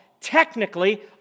Technically